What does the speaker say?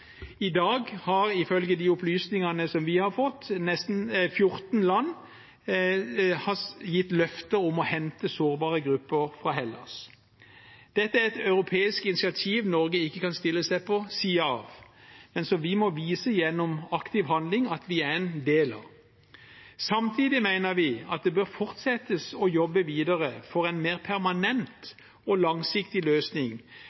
I dag har, ifølge de opplysningene som vi har fått, 14 land gitt løfte om å hente sårbare grupper fra Hellas. Dette er et europeisk initiativ Norge ikke kan stille seg på siden av, men som vi må vise gjennom aktiv handling at vi er en del av. Samtidig mener vi at man bør fortsette å jobbe videre for en mer permanent og langsiktig løsning